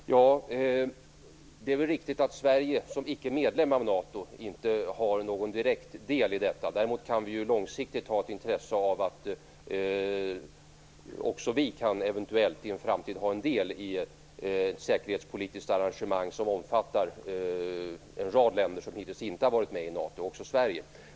Fru talman! Det är väl riktigt att Sverige som ickemedlem av NATO inte har någon direkt del i detta. Däremot kan vi långsiktigt ha ett intresse av att också Sverige i en framtid eventuellt kan ha en del i ett säkerhetspolitiskt arrangemang som omfattar en rad länder som hittills inte har varit med i NATO.